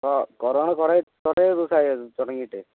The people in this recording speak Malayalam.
അപ്പോൾ കൊറോണ കുറേ കുറെ ദിവസമായോ ഇത് തുടങ്ങിയിട്ട്